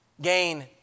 Gain